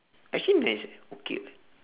actually nice eh okay [what]